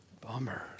bummer